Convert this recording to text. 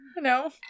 No